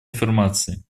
информации